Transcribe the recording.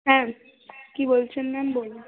হ্যাঁ কী বলছেন ম্যাম বলুন